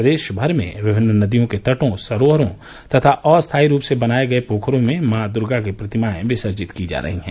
प्रदेश भर में विभिन्न नदियों के तटो सरोवरों तथा अस्थायी रूप से बनाए गये पोखरों में मॉ दूर्गा की प्रतिमाए विसर्जित की जा रही हैं